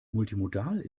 multimodal